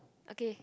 okay